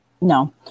No